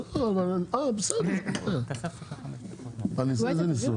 הנה היה מקרה